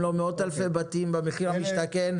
אם לא מאות אלפי בתים במחיר למשתכן.